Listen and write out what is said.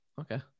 Okay